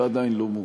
ועדיין לא מאוחר.